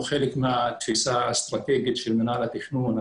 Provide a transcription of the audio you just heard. חלק מהתפיסה האסטרטגית של מינהל התכנון.